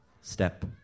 Step